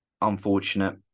unfortunate